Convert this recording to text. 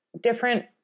different